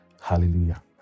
Hallelujah